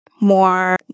more